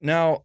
Now